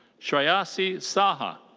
shrayasee saha.